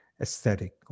aesthetic